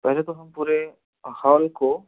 पहले तो हम पूरे हाॅल को